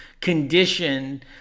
condition